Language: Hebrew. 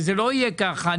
וזה לא יהיה ככה.